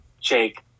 Jake